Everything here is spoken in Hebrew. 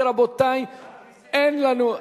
טלב אלסאנע, איננו.